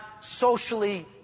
socially